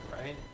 Right